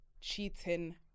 cheating